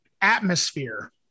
Atmosphere